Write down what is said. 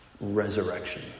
resurrection